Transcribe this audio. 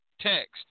text